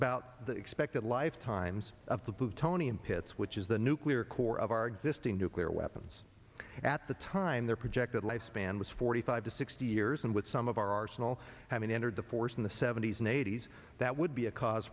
about the expected lifetimes of the plutonium pits which is the nuclear core of our existing nuclear weapons at the time their projected lifespan was forty five to sixty years and with some of our arsenal having entered the force in the seventy's and eighty's that would be a cause